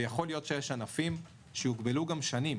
ויכול להיות שיש ענפים שיוגבלו שנים,